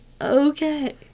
okay